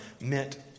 meant